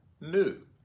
new